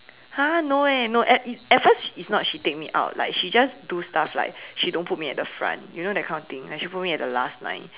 !huh! no eh no at at first it's not she take me out like she just do stuff like she don't put me at the front you know that kind of thing like she put me at the last line